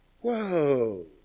Whoa